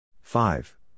Five